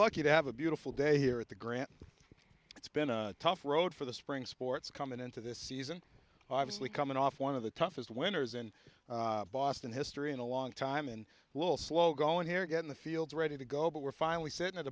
lucky to have a beautiful day here at the grant it's been a tough road for the spring sports coming into this season obviously coming off one of the toughest winners in boston history in a long time and will slow going here get in the field ready to go but we're finally sitting at